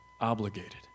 obligated